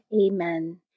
Amen